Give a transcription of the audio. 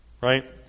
right